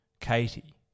Katie